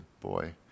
boy